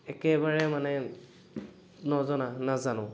একেবাৰে মানে নজনা নাজানো